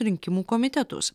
rinkimų komitetus